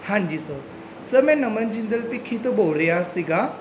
ਹਾਂਜੀ sir sir ਮੈਂ ਨਮਨ ਜਿੰਦਲ ਭਿੱਖੀ ਤੋਂ ਬੋਲ ਰਿਹਾ ਸੀਗਾ